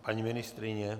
Paní ministryně?